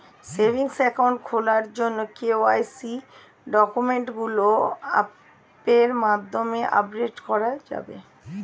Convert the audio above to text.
Savings account খোলার জন্য KYC ডকুমেন্টগুলো অ্যাপের মাধ্যমে কি আপডেট করা যাবে?